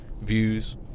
views